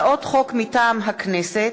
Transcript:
מטעם הכנסת: